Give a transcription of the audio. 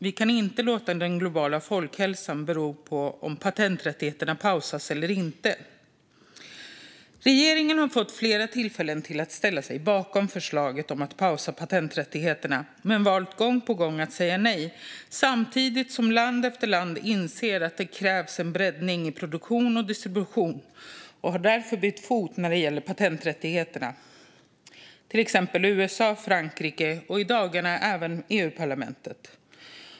Vi kan inte låta den globala folkhälsan bero på om patenträttigheterna pausas eller inte. Regeringen har fått flera tillfällen att ställa sig bakom förslaget om att pausa patenträttigheterna men gång på gång valt att säga nej, samtidigt som land efter land inser att det krävs en breddning i produktion och distribution och därför byter fot när det gäller patenträttigheterna, till exempel USA, Frankrike och i dagarna även EU-parlamentet.